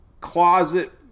closet